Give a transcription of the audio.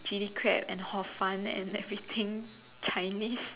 Chili crab and hor-fun and everything Chinese